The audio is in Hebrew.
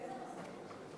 באיזה נושא?